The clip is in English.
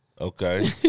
Okay